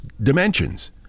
dimensions